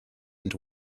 and